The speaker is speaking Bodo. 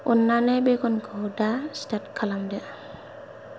अननानै भेकुवामखौ दा स्टार्ट खालामदो